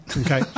Okay